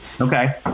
Okay